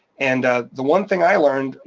and the one thing i learned,